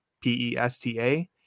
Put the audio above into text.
P-E-S-T-A